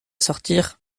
sortir